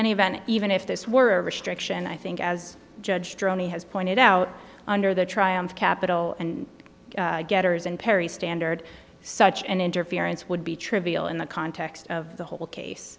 any event even if this were a restriction i think as judge droney has pointed out under the triumph capital and getters and perry standard such an interference would be trivial in the context of the whole case